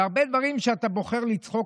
שאלה: בהרבה דברים שאתה בוחר לצחוק